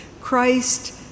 Christ